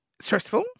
stressful